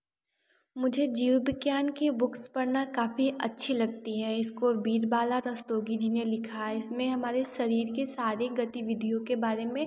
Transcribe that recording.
मुझे जीव विज्ञान की बुक्स पढ़ना काफी अच्छी लगती है इसको बीरबाला रस्तोगी जी ने लिखा है इसमें हमारे शरीर के सारे गतिविधियों के बारे में